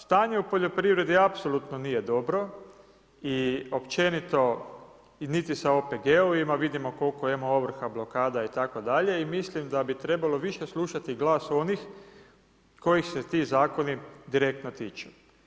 Stanje u poljoprivredi apsolutno nije dobro i općenito niti sa OPG-ovima, vidimo koliko ima ovrha, blokada itd. i mislim da bi više trebalo slušati glas onih kojih se ti zakoni direktno tiču.